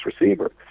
receiver